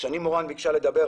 שני מורן ביקשה לדבר,